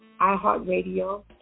iHeartRadio